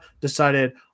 decided